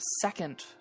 second